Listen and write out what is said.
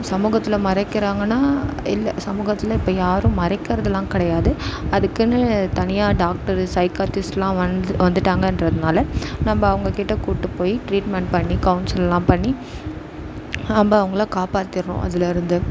சமூகத்தில் மறைக்கிறாங்கன்னா இல்லை சமூகத்தில் இப்போ யாரும் மறைக்கிறதுலாம் கிடையாது அதுக்குன்னு தனியாக டாக்டரு சைக்கார்டிஸ்ட்லாம் வந்து வந்துட்டாங்கன்றதனால நம்ம அவங்ககிட்ட கூட்டுப் போய் ட்ரீட்மெண்ட் பண்ணி கவுன்சில்லாம் பண்ணி நம்ம அவங்கள காப்பாத்திடுறோம் அதிலருந்து